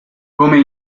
come